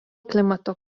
klimato